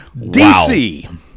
DC